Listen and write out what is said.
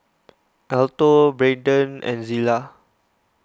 Alto Braydon and Zillah